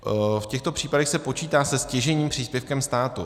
V těchto případech se počítá se stěžejním příspěvkem státu.